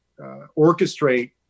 orchestrate